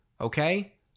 Okay